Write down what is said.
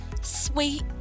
Sweet